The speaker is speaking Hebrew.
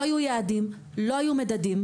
לא היו יעדים, לא היו מדדים.